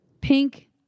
pink